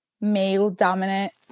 male-dominant